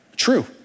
true